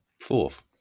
fourth